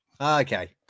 Okay